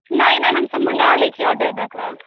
नहि नहि हमसब मँगा लै छियै ऑर्डर दऽ के